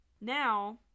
Now